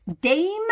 Dame